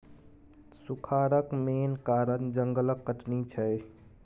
सुखारक मेन कारण जंगलक कटनी छै